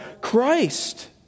Christ